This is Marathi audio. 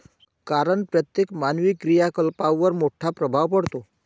कारण प्रत्येक मानवी क्रियाकलापांवर मोठा प्रभाव पडतो